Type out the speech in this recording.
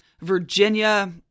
Virginia